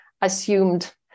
assumed